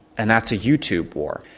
and that's a youtube war.